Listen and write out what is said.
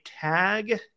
tag